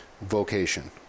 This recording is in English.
Vocation